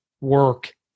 work